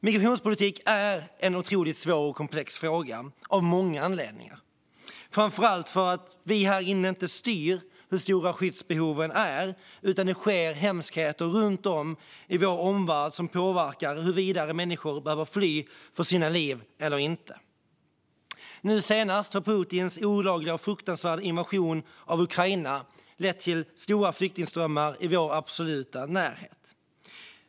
Migrationspolitik är en otroligt svår och komplex fråga, av många anledningar - framför allt för att vi här inne inte styr hur stora skyddsbehoven är, utan det sker hemskheter runt om i vår omvärld som påverkar huruvida människor behöver fly för sina liv eller inte. Nu senast har Putins olagliga och fruktansvärda invasion av Ukraina lett till stora flyktingströmmar i vår absoluta närhet.